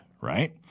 right